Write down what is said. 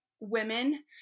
women